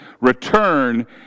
return